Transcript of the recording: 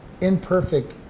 imperfect